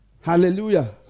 Hallelujah